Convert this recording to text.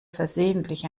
versehentlich